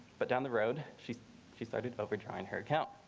but down the road. she she started overdrawn her account.